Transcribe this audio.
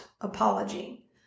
apology